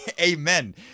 Amen